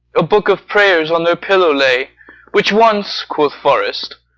a book of prayers on their pillow lay which once, quoth forrest,